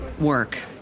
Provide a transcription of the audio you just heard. work